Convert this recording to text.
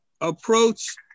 approach